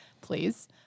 please